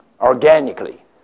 organically